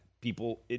People